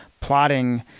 plotting